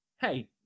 hey